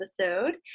episode